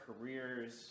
careers